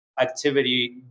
activity